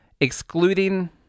excluding